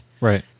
right